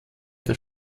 der